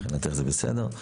מבחינתך זה בסדר.